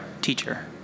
teacher